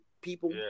people